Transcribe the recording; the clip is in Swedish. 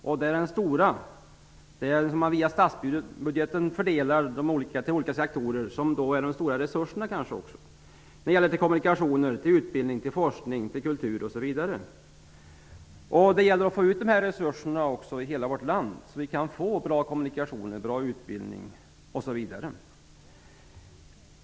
I den stora fördelar man via statsbudgeten stora resurser till olika sektorer, till kommunikationer, utbildning, forskning, kultur osv. Det gäller att få ut dessa resurser till hela vårt land, så att vi också kan få bra kommunikationer, bra utbildning osv.